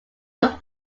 took